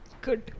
Good